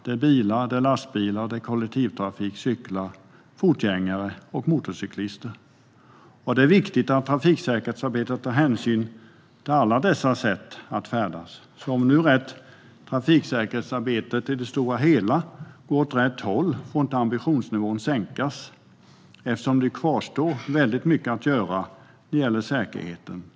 Det är bilar, lastbilar, kollektivtrafik, cyklar, fotgängare och motorcyklister. Det är viktigt att trafiksäkerhetsarbetet tar hänsyn till alla dessa sätt att färdas. Om det nu är rätt att trafiksäkerhetsarbetet i det stora hela går åt rätt håll får inte ambitionsnivån sänkas, eftersom det kvarstår väldigt mycket att göra när det gäller säkerheten.